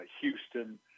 Houston